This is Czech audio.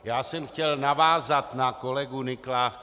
Já jsem chtěl navázat na kolegu Nykla.